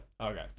Okay